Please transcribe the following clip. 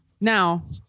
Now